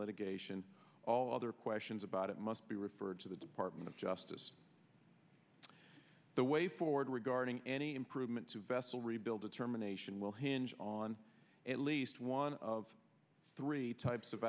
litigation all other questions about it must be referred to the department of justice the way forward regarding any improvement to bessel rebuilded terminations will hinge on at least one of three types of